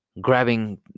grabbing